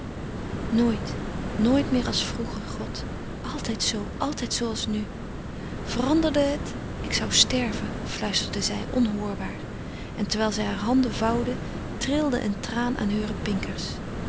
nooit nooit meer als vroeger god altijd zoo altijd zooals nu veranderde het ik zou sterven fluisterde zij onhoorbaar en terwijl zij haar handen vouwde trilde een traan aan heure pinkers